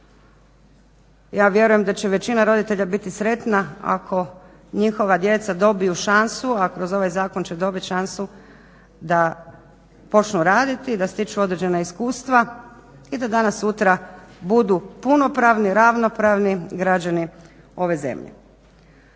Ja vjerujem da će većina roditelja biti sretna ako njihova djeca dobiju šansu a kroz ovaj zakon će dobiti šansu da počnu raditi, da stiču određena iskustva i da danas sutra budu punopravni, ravnopravni građani ove zemlje.